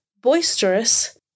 boisterous